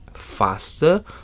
faster